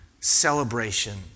celebration